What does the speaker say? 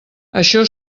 això